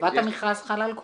חובת המכרז חלה על כולן.